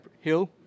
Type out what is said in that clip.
Hill